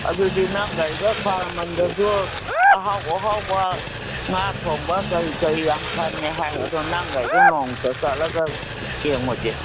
ꯑꯗꯨꯗꯤ ꯅꯪꯒ ꯑꯩꯒ ꯈ꯭ꯋꯥꯏꯔꯝꯕꯟꯗꯖꯨ ꯑꯍꯥꯎ ꯑꯍꯥꯎꯕ ꯉꯥ ꯊꯣꯡꯕ ꯀꯔꯤ ꯀꯔꯤ ꯌꯥꯝ ꯐꯪꯉꯦ ꯍꯥꯏ ꯑꯗꯣ ꯅꯪꯒ ꯑꯩꯒ ꯅꯣꯡꯇ ꯆꯠꯂꯒ ꯌꯦꯡꯉꯨꯖꯤ